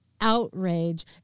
outrage